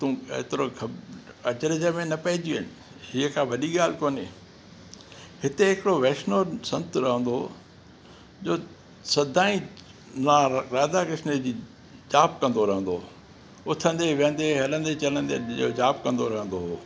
त तूं एतिरो अचरजु में न पइजी वञ हीअ का वॾी ॻाल्ह कोन्हे हिते हिकिड़ो वैष्णो संत रहंदो हुयो जो सदाईं रा राधा कृष्ण जी जाप कंदो रहंदो हो उथंदे वेहंदे हलंदे चलंदे जाप कंदो रहंदो हो